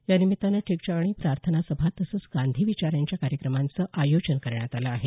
यानिमित्तानं ठिकठिकाणी प्रार्थना सभा तसंच गांधी विचारांच्या कार्यक्रमांचं आयोजन करण्यात आलं आहे